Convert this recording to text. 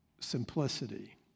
simplicity